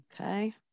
Okay